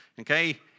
okay